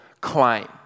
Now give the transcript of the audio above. claim